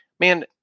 Man